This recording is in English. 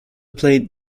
play